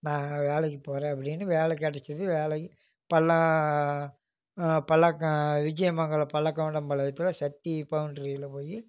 நான் வேலைக்கு போகிறேன் அப்படின்னு வேலை கெடைச்சதும் வேலையும் பல்லாக்க விஜயமங்கலம் பலக்கம் நம்ம இதில் சக்தி பவுண்ட்ரியில் போய்